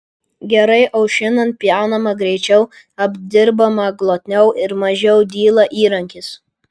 gerai aušinant pjaunama greičiau apdirbama glotniau ir mažiau dyla įrankis